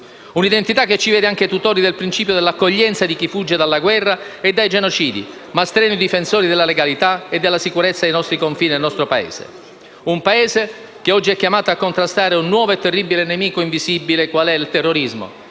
un'identità che ci vede anche tutori del principio dell'accoglienza di chi fugge dalla guerra e dai genocidi, ma strenui difensori della legalità e della sicurezza dei nostri confini e del nostro Paese, che oggi è chiamato a contrastare un nuovo e terribile nemico invisibile qual è il terrorismo,